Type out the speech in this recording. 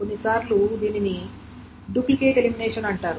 కొన్నిసార్లు దీనిని duplicate elimination అంటారు